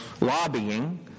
lobbying